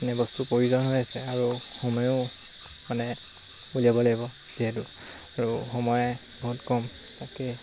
মানে বস্তুৰ প্ৰয়োজন হৈ আছে আৰু সময়ো মানে উলিয়াব লাগিব যিহেতু আৰু সময় বহুত কম বাকী